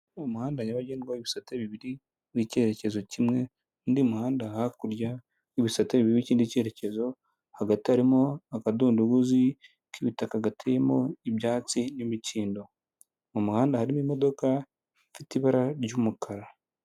Umuhanda nyabagendwa w'ibisate bibiri n'icyerekezo kimwe n'undi muhanda hakurya y'ibisate bibiri ikindi cyerekezo hagati harimo akadunduguzi k'ibitaka gateyemo ibyatsi n'imikindo, mu muhanda harimo imodoka ifite ibara ry'umukara.